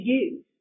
use